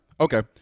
Okay